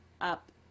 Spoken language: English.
up